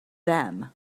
them